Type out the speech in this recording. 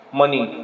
money